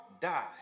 die